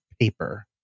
paper